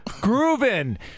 grooving